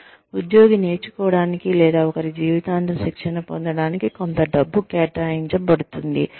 అంటే ఉద్యోగి నేర్చుకోవటానికి లేదా ఒకరి జీవితాంతం శిక్షణ పొందటానికి కొంత డబ్బు కేటాయించబడుతుంది